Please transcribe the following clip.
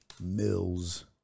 Mills